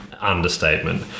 understatement